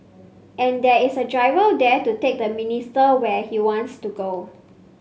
and there is a driver there to take the minister where he wants to go